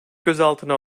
gözaltına